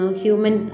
human